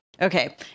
Okay